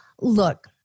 Look